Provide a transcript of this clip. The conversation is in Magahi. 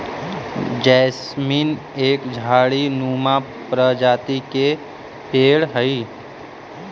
जैस्मीन एक झाड़ी नुमा प्रजाति के पेड़ हई